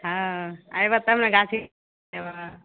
हँ अइबह तब ने गाछी देबह